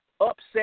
upset